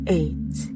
eight